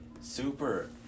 super